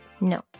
no